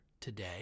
today